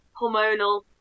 Hormonal